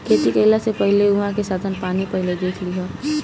खेती कईला से पहिले उहाँ के साधन पानी पहिले देख लिहअ